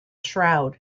shroud